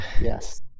Yes